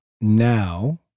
now